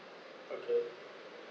okay